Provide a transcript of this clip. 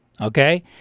Okay